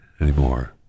anymore